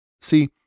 See